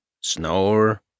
snore